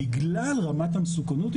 בגלל רמת המסוכנות,